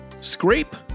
scrape